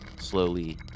slowly